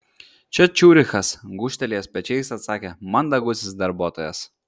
čia ciurichas gūžtelėjęs pečiais atsakė mandagusis darbuotojas